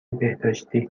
بهداشتی